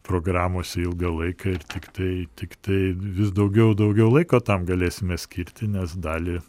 programose ilgą laiką ir tiktai tiktai vis daugiau daugiau laiko tam galėsime skirti nes dalį